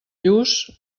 lluç